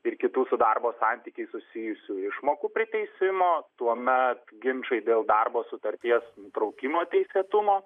ir kitų su darbo santykiais susijusių išmokų priteisimo tuomet ginčai dėl darbo sutarties nutraukimo teisėtumo